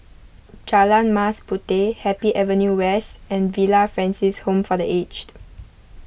Jalan Mas Puteh Happy Avenue West and Villa Francis Home for the Aged